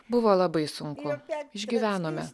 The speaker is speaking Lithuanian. buvo labai sunku išgyvenome